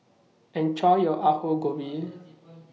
Enjoy your Aloo Gobi